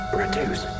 reduce